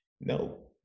no